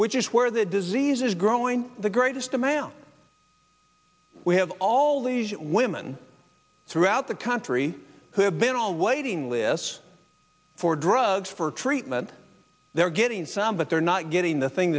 which is where the disease is growing the greatest amount we have all these women throughout the country who have been all waiting lists for drugs for treatment they're getting some but they're not getting the thing